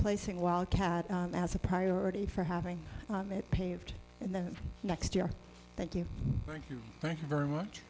placing wildcat as a priority for having paved in the next year thank you thank you thank you very much